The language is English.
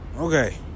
Okay